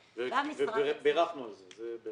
בירכנו על זה.